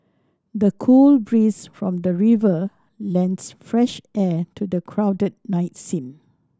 the cool breeze from the river lends fresh air to the crowded night scene